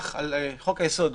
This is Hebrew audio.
חוק היסוד,